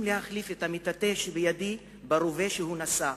להחליף את המטאטא שבידי ברובה שהוא נשא.